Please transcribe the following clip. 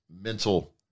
mental